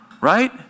right